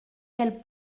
quelle